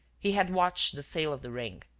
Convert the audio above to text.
he had watched the sale of the ring.